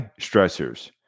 stressors